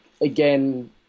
again